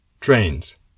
trains